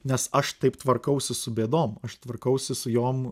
nes aš taip tvarkausi su bėdom aš tvarkausi su jom